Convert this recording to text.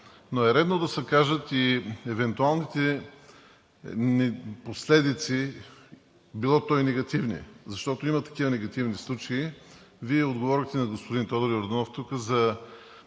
Но е редно да се кажат и евентуалните последици – било то негативни, защото има такива негативни случаи. Вие отговорихте на господин Тодор Йорданов тук за